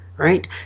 Right